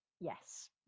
Yes